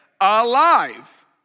alive